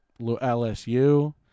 LSU